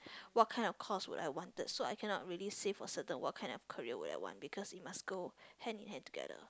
what kind of course would I wanted so I cannot really say of certain what kind of career would I want because it must be go hand in hand together